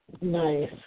Nice